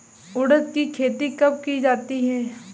उड़द की खेती कब की जाती है?